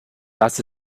das